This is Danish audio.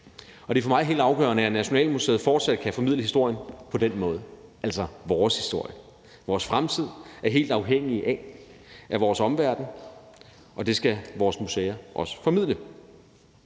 og det er for mig helt afgørende, at Nationalmuseet fortsat kan formidle historien på den måde, altså vores historie. Vores fremtid er helt afhængig af vores omverden, og det skal vores museer også formidle.